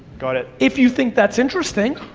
got it. if you think that's interesting.